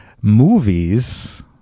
movies